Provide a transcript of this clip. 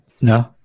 no